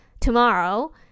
tomorrow